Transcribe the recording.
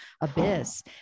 abyss